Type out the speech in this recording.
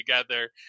together